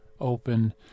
open